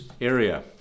area